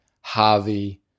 harvey